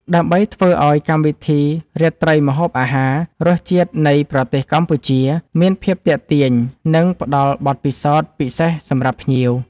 ដើម្បីធ្វើឲ្យកម្មវិធីរាត្រីម្ហូបអាហារ “រសជាតិនៃប្រទេសកម្ពុជា” មានភាពទាក់ទាញ និងផ្តល់បទពិសោធន៍ពិសេសសម្រាប់ភ្ញៀវ